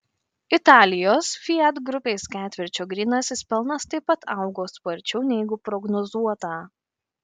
italijos fiat grupės ketvirčio grynasis pelnas taip pat augo sparčiau negu prognozuota